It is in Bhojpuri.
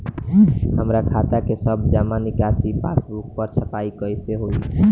हमार खाता के सब जमा निकासी पासबुक पर छपाई कैसे होई?